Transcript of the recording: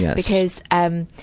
yeah because, um,